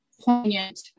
poignant